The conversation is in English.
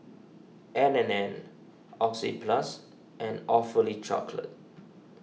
N and N Oxyplus and Awfully Chocolate